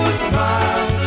smile